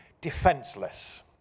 defenseless